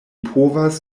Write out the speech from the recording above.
povas